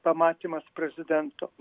pamatymas prezidento